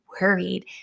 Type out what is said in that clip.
worried